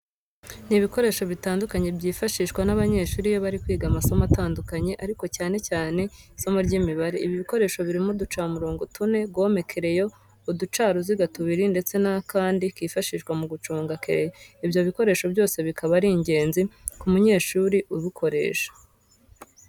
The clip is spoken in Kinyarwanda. Ni ibikoresho bitandukanye byifashishwa n'abanyeshuri iyo bari kwiga amasomo atandukanye ariko cyane cyane isimo ry'Imibare. Ibyo bikoresho birimo uducamirongo tune, gome, kereyo, uducaruziga tubiri ndetse n'akandi kifashishwa mu guconga kereyo. Ibyo bikoresho byose bikaba ari ingenzi ku munyeshuri ubukoresha.